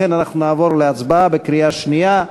לכן אנחנו נעבור להצבעה בקריאה שנייה.